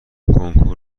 کنکور